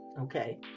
okay